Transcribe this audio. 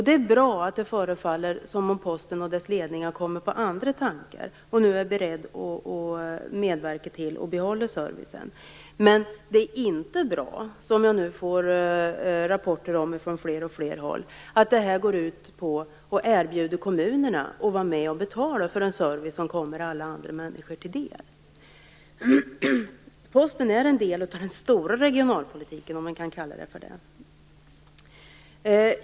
Det är bra att det förefaller som om Posten och dess ledning har kommit på andra tankar och nu är beredd att medverka till att behålla servicen. Men det är inte bra, som jag nu får rapporter om från fler och fler håll, att det här går ut på att erbjuda kommunerna att vara med och betala för en service som kommer alla andra människor till del. Posten är en del av den stora regionalpolitiken, om man kan kalla den så.